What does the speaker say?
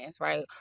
right